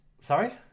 Sorry